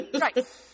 Right